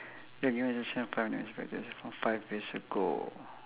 you are given the chance five minutes back to yourself five years ago